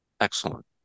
Excellent